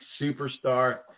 superstar